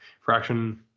Fraction